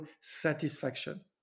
satisfaction